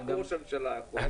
רק ראש הממשלה יכול.